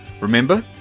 Remember